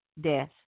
death